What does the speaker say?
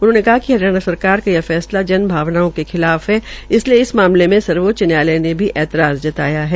उन्होंने कहा कि हरियाणा सरकार का यह फैसला जन भावनाओं के खिलाफ है इसलिये इस मामले में सर्वोच्च न्यायालय ने ऐतराज़ जताया है